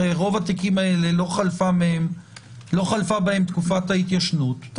לא חלפה תקופת ההתיישנות מרוב התיקים האלה,